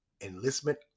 enlistment